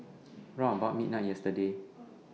round about midnight yesterday